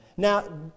Now